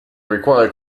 require